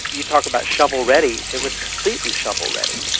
you talk about shovel-ready it was completely shovel-ready.